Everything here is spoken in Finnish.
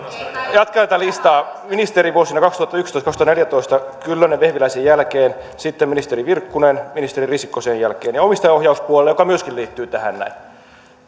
jatkan tätä listaa ministeri vuosina kaksituhattayksitoista viiva kaksituhattaneljätoista kyllönen vehviläisen jälkeen sitten ministeri virkkunen ministeri risikko sen jälkeen ja omistajaohjauspuolella joka myöskin liittyy tähän